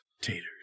Taters